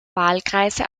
wahlkreise